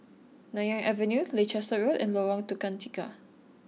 Nanyang Avenue Leicester Road and Lorong Tukang Tiga